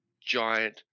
giant